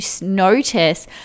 notice